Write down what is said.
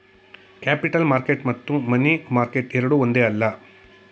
capital market ಮತ್ತು money market ಎರಡೂ ಒಂದೇ ಅಲ್ಲ